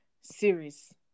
series